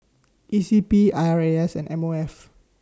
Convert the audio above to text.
E C P I R A S and M O F